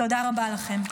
תודה רבה לכם.